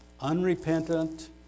unrepentant